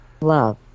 love